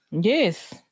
Yes